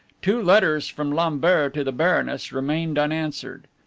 two letters from lambert to the baroness remained unanswered.